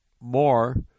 more